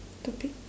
topic